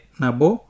nabo